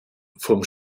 vom